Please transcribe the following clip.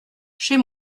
chez